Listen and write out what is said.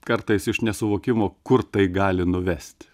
kartais iš nesuvokimo kur tai gali nuvest